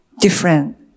different